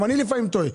גם אני לפעמים טועה.